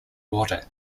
water